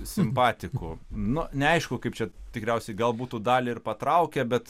simpatikų nu neaišku kaip čia tikriausiai gal būtų dalį ir patraukę bet